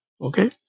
Okay